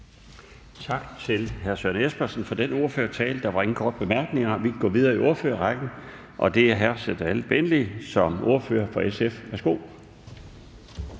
Tak til hr. Søren Espersen for den ordførertale. Der var ingen korte bemærkninger. Vi går videre i ordførerrækken, og det er hr. Serdal Benli som ordfører for SF. Værsgo.